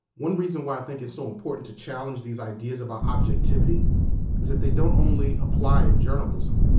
one reason why i think it's so important to challenge these ideas about objectivity is that they don't only apply in journalism.